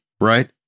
Right